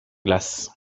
glace